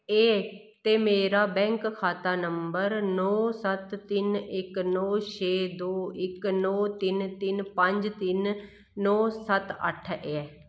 ऐ ते मेरा बैंक खाता नंबर नौ सत्त तिन्न इक नौ छे दो इक नौ तिन्न तिन्न पंज तिन्न नौ सत्त अट्ठ ऐ